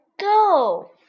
go